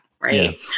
Right